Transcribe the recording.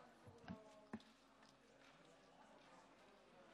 חבר הכנסת מאיר כהן, ואחריו, חבר הכנסת עודד פורר.